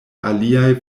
aliaj